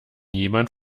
jemand